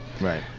Right